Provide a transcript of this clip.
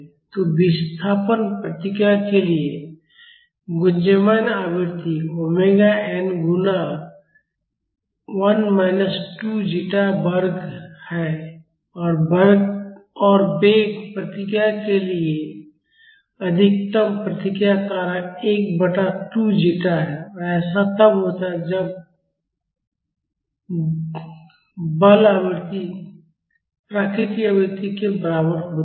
तो विस्थापन प्रतिक्रिया के लिए गुंजयमान आवृत्ति ओमेगा n गुणा 1 माइनस 2 ज़ेटा वर्ग है और वेग प्रतिक्रिया के लिए अधिकतम प्रतिक्रिया कारक 1 बटा 2 ज़ेटा है और ऐसा तब होता है जब बल आवृत्ति प्राकृतिक आवृत्ति के बराबर होती है